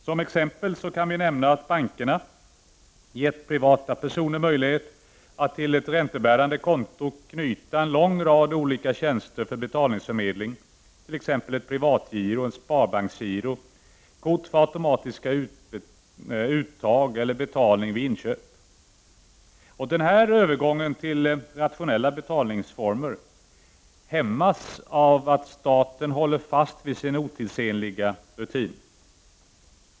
Som exempel kan nämnas att bankerna gett privatpersoner möjlighet att till ett räntebärande konto knyta en lång rad tjänster för betalningsförmedling, t.ex. privatgiro eller sparbanksgiro, kort för automatiska uttag eller betalning vid inköp. Denna övergång till rationella betalningsformer hämmas av att staten håller fast vid sina otidsenliga rutiner.